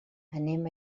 anem